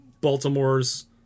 Baltimore's